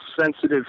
sensitive